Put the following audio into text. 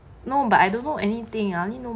no but I don't know anything I only know